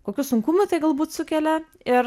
kokių sunkumų tai galbūt sukelia ir